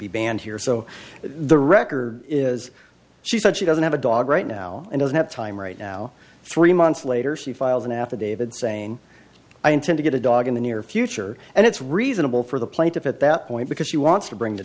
be banned here so the record is she said she doesn't have a dog right now and doesn't have time right now three months later she filed an affidavit saying i intend to get a dog in the near future and it's reasonable for the plaintiff at that point because she wants to bring the